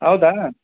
ಹೌದಾ